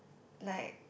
like